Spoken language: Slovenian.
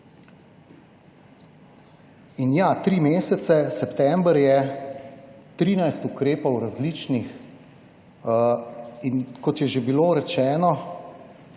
In ja, tri mesece, september je trinajst ukrepov različnih in kot je že bilo rečeno,